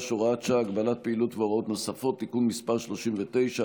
(הוראת שעה) (הגבלת פעילות והוראות נוספות) (תיקון מס' 39),